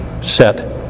set